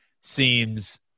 seems